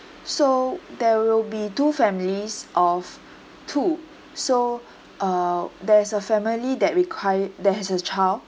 so there will be two families of two so uh there is a family that require that has a child